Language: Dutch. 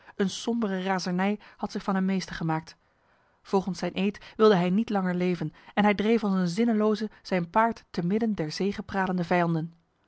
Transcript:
een sombere razernij had zich van hem meester gemaakt volgens zijn eed wilde hij niet langer leven en hij dreef als een zinneloze zijn paard te midden der zegepralende vijanden